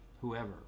whoever